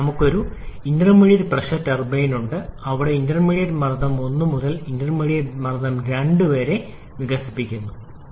പിന്നെ നമുക്ക് ഒരു ഇന്റർമീഡിയറ്റ് പ്രഷർ ടർബൈൻ ഉണ്ട് അവിടെ ഇന്റർമീഡിയറ്റ് മർദ്ദം 1 മുതൽ ഇന്റർമീഡിയറ്റ് മർദ്ദം 2 വരെ വികസിക്കുന്നു